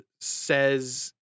says